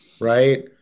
Right